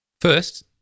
First